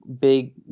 big